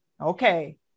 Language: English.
okay